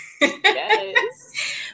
Yes